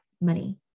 money